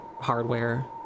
hardware